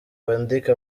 bandike